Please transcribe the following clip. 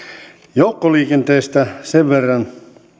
joukkoliikenteestä sen verran